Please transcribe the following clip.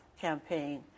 campaign